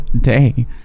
day